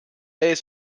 ees